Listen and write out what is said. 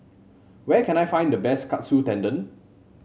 where can I find the best Katsu Tendon